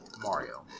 Mario